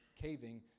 caving